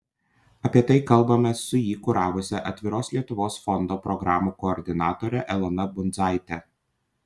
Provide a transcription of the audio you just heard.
apie tai kalbamės su jį kuravusia atviros lietuvos fondo programų koordinatore elona bundzaite